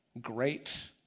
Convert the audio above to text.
Great